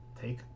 Take